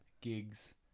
gigs